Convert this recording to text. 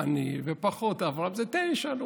אני ופחות אברהם זה תשעה.